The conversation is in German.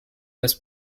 das